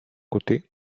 côté